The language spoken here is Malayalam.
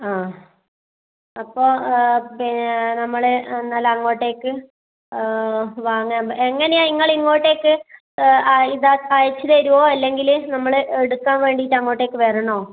ആ അപ്പോൾ പിന്നെ നമ്മള് എന്നാല് അങ്ങോട്ടേക്ക് വാങ്ങാൻ എങ്ങനെയാണ് നിങ്ങളിങ്ങോട്ടേക്ക് ഇത് അയച്ച് തരുമോ അല്ലെങ്കില് നമ്മള് എടുക്കാൻ വേണ്ടിയിട്ട് അങ്ങോട്ടേക്ക് വരണോ